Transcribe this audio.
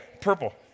purple